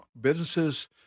businesses